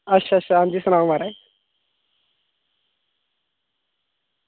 अच्छा अच्छा अच्छा हां जी सनाओ महाराज